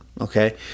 okay